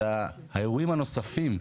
אלא האירועים הנוספים,